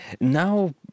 Now